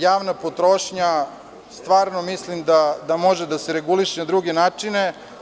Javna potrošnja stvarno mislim da može da se reguliše na druge načine.